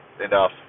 enough